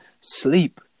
sleep